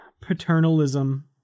paternalism